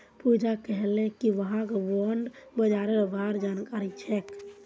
पूजा कहले कि वहाक बॉण्ड बाजारेर बार जानकारी छेक